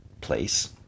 place